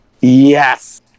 Yes